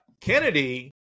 Kennedy